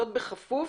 זאת בכפוף